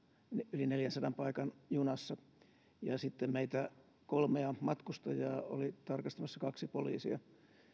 yli neljänsadan paikan junassa ja meitä kolmea matkustajaa oli tarkastamassa kaksi poliisia